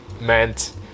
meant